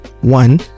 one